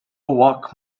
walk